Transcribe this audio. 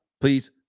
please